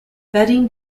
betting